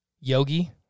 Yogi